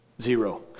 Zero